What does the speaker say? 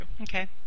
Okay